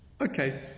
Okay